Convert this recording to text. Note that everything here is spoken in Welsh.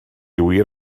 wir